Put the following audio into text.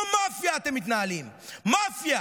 כמו מאפיה